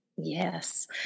Yes